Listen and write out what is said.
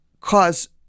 cause